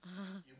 (uh huh)